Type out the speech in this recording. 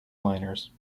miners